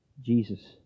Jesus